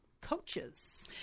Coaches